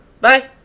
Bye